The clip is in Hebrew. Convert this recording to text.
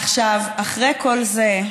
עכשיו, אחרי כל זה,